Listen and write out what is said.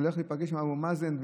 הולך לדבר עם אבו מאזן?